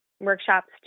workshops